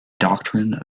doctrine